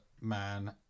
man